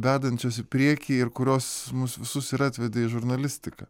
vedančios į priekį ir kurios mus visus ir atvedė į žurnalistiką